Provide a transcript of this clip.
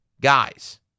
guys